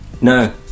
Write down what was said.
No